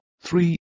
three